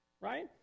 Right